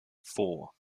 four